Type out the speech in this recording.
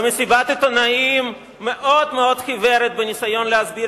במסיבת עיתונאים מאוד מאוד חיוורת בניסיון להסביר